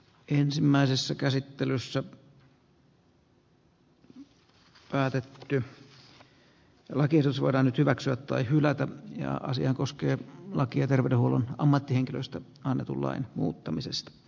ensimmäisessä käsittelyssä päätetty lakiehdotus voidaan nyt hyväksyä tai hylätä ja asia koskee lakia terveydenhuollon ammattihenkilöistä annetun lain muuttamisesta